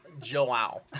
Joao